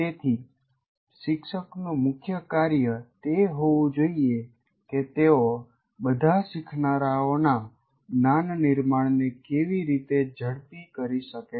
તેથી શિક્ષકનું મુખ્ય કાર્ય તે હોવું જોઈએ કે તેઓ બધા શીખનારાઓના જ્ઞાન નિર્માણને કેવી રીતે ઝડપી કરી શકે છે